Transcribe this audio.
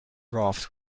raft